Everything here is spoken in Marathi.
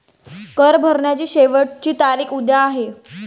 कर भरण्याची शेवटची तारीख उद्या आहे